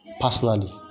personally